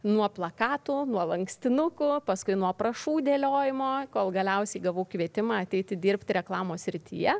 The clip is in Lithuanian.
nuo plakatų nuo lankstinukų paskui nuo aprašų dėliojimo kol galiausiai gavau kvietimą ateiti dirbt reklamos srityje